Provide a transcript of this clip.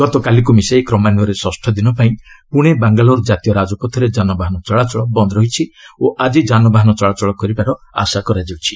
ଗତକାଲିକୁ ମିଶାଇ କ୍ରମାନ୍ୱୟରେ ଷଷ୍ଠ ଦିନ ପାଇଁ ପୁଣେ ବାଙ୍ଗାଲୋର ଜାତୀୟ ରାଜପଥରେ ଯାନବାହନ ଚଳାଚଳ ବନ୍ଦ ରହିଛି ଓ ଆଜି ଯାନବାହନ ଚଳାଚଳ କରିବାର ଆଶା କରାଯାଉଛି